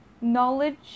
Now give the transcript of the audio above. knowledge